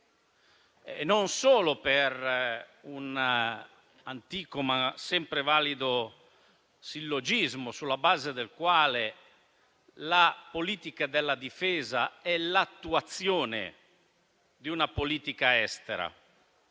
non solo per un antico, ma sempre valido sillogismo, sulla base del quale la politica della difesa è l'attuazione di una politica estera